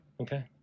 okay